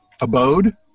abode